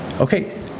okay